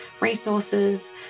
resources